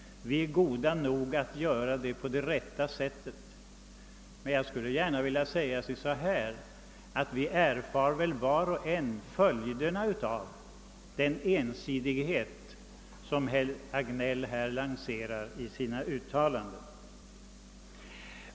Vi är goda nog att göra det på det rätta sättet. Var och en av oss erfar väl följderna av den ensidighet som herr Hagnell lägger i dagen när han gör sina uttalanden.